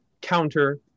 counter